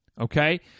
Okay